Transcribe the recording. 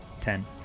ten